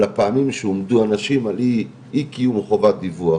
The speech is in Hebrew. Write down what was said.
על הפעמים שהועמדו אנשים על אי קיום חובת דיווח.